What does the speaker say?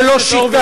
זו לא שיטה.